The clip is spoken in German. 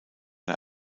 der